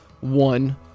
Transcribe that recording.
one